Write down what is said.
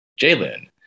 Jalen